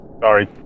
Sorry